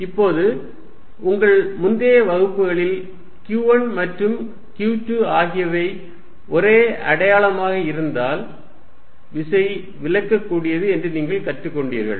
இப்போது உங்கள் முந்தைய வகுப்புகளில் q1 மற்றும் q2 ஆகியவை ஒரே அடையாளமாக இருந்தால் விசை விலக்கக்கூடியது என்பதை நீங்கள் கற்றுக்கொண்டீர்கள்